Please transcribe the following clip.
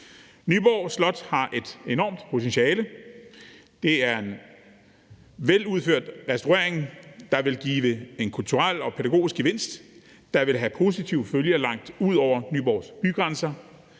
Nyborg Slot har et enormt potentiale. Det er en veludført restaurering, der vil give en kulturel og pædagogisk gevinst, der vil have positive følger langt ud over Nyborgs bygrænser.